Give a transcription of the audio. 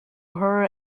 her